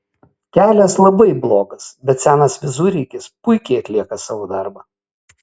kelias labai blogas bet senas visureigis puikiai atlieka savo darbą